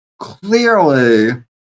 clearly